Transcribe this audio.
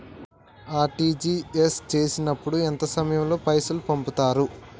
RTGS చేసినప్పుడు ఎంత సమయం లో పైసలు పంపుతరు?